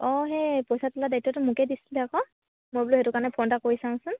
অঁ সেই পইচা তোলা দায়িত্বটো মোকে দিছিলে আকৌ মই সেইটো কাৰণে ফোন এটা কৰি চাওচোন